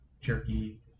jerky